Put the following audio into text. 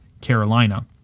Carolina